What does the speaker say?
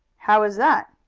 how is that?